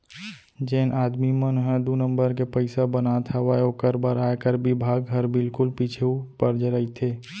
जेन आदमी मन ह दू नंबर के पइसा बनात हावय ओकर बर आयकर बिभाग हर बिल्कुल पीछू परे रइथे